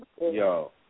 Yo